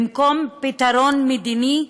במקום פתרון מדיני,